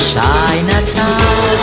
Chinatown